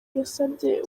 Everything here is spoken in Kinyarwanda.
yasabye